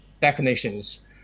definitions